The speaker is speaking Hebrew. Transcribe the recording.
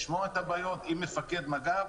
לשמוע את הבעיות עם מפקד מג"ב.